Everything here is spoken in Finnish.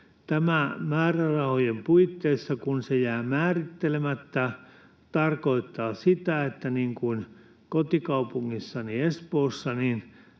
tämä ”määrärahojen puitteissa” jää määrittelemättä, tarkoittaa se sellaista kuin kotikaupungissani Espoossa: